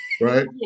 right